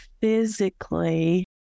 physically